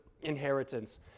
inheritance